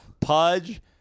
Pudge